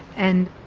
and